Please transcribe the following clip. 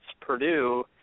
Purdue